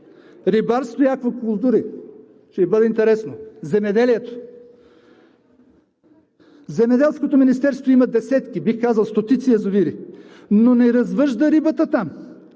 рибарство и аквакултури, ще Ви бъде интересно. Земеделското министерство има десетки, бих казал, стотици язовири, но не развъжда рибата там,